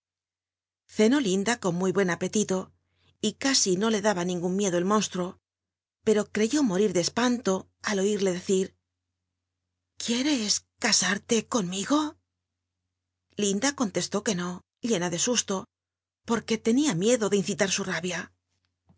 ceno inda con muy buen apnilo y ca i no le daba ningun mielo el lónslruo pero creyó morir de espan to al oírle decir ij uere ca arle conmigo linda con ti tri que nó llena de su to porr ue tenia miedo ele incitar su rahia